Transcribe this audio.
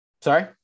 Sorry